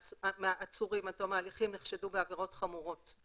מהעצורים עד תום ההליכים נחשדו בעבירות חמורות.